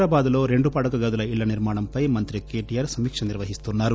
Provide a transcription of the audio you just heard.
హైదరాబాద్ లో రెండు పడక గదుల ఇళ్ల నిర్మాణంపై మంత్రి కేటీఆర్ సమీక్ష నిర్వహిస్తున్నారు